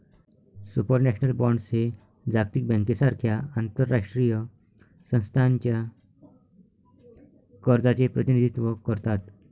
supranational bonds हे जागतिक बँकेसारख्या आंतरराष्ट्रीय संस्थांच्या कर्जाचे प्रतिनिधित्व करतात